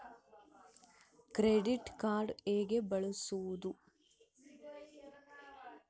Credit card ಹೆಂಗ ಬಳಸೋದು?